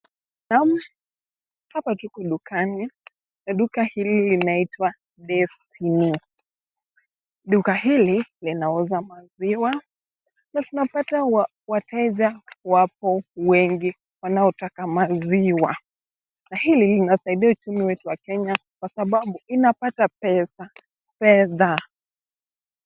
Hapa tuko dukani, na duka hili linaitwa Dairy's Premium. Duka hili linauza maziwa, na tunapata wateja wapo wengi wanaotaka maziwa, na hili linasaidia uchumi wetu wa Kenya, kwasababu linapata pesa, fedha.